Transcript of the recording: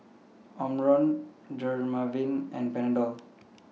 Omron Dermaveen and Panadol